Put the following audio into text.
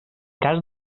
cas